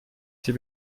sie